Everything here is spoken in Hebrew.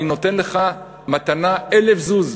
אני נותן לך מתנה 1,000 זוז,